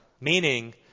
Meaning